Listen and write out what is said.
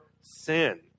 sin